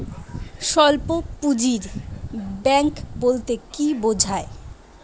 স্বল্প পুঁজির ব্যাঙ্ক বলতে কি বোঝায়?